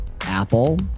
Apple